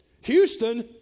Houston